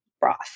broth